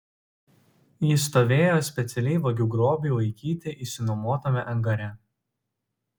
jis stovėjo specialiai vagių grobiui laikyti išsinuomotame angare